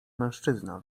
mężczyzna